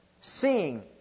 Seeing